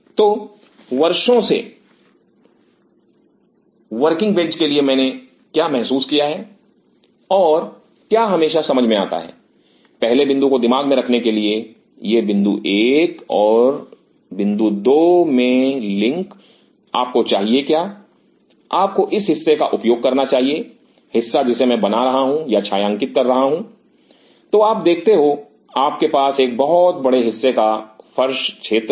तो वर्षों से वर्किंग बेंच के लिए मैंने क्या महसूस किया है और क्या हमेशा समझ में आता है पहले बिंदु को दिमाग में रखने के लिए यह बिंदु 1 और बिंदु 2 में यह लिंक आपको चाहिए क्या आपको इस हिस्से का उपयोग करना चाहिए हिस्सा जिसे मैं बना रहा हूं या छायांकित कर रहा हूं तो आप देखते हो आपके पास एक बहुत बड़े हिस्से का फर्श क्षेत्र है